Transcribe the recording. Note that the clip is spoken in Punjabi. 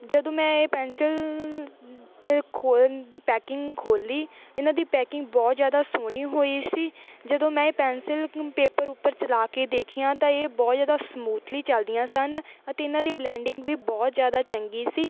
ਜਦੋਂ ਮੈਂ ਇਹ ਪੈਨਸਿਲ ਤੇ ਖੋਲਨ ਦੀ ਪੈਕਿੰਗ ਖੋਲ੍ਹੀ ਇਹਨਾਂ ਦੀ ਪੈਕਿੰਗ ਬਹੁਤ ਜ਼ਿਆਦਾ ਸੋਹਣੀ ਹੋਈ ਸੀ ਜਦੋਂ ਮੈਂ ਇਹ ਪੈਨਸਿਲ ਨੂੰ ਪੇਪਰ ਉੱਪਰ ਚਲਾ ਕੇ ਦੇਖੀਆਂ ਤਾਂ ਇਹ ਬਹੁਤ ਜ਼ਿਆਦਾ ਸਮੂਥਲੀ ਚੱਲਦੀਆਂ ਸਨ ਅਤੇ ਇਹਨਾਂ ਦੀ ਬਲੈਂਡਿੰਗ ਵੀ ਬਹੁਤ ਜ਼ਿਆਦਾ ਚੰਗੀ ਸੀ